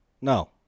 No